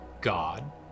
God